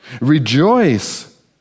Rejoice